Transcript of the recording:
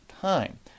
time